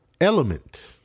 Element